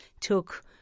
took